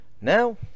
Now